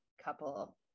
couple